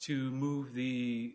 to move the